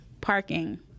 Parking